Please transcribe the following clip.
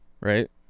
right